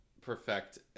perfect